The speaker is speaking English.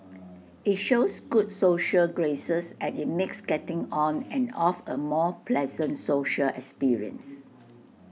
IT shows good social graces and IT makes getting on and off A more pleasant social experience